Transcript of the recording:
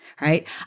Right